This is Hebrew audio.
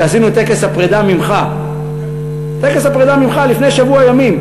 כשעשינו את טקס הפרידה ממך טקס הפרידה ממך לפני שבוע ימים,